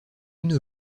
nos